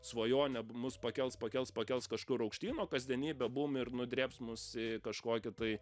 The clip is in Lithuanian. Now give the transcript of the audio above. svajonė mus pakels pakels pakels kažkur aukštyn o kasdienybė bum ir nudrėbs mus į kažkokį tai